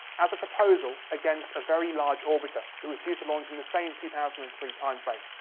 as a proposal, against a very large orbiter that was due to launch in the same two thousand and three timeframe.